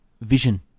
Vision